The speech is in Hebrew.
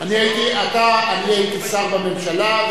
אני הייתי שר בממשלה,